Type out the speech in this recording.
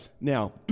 Now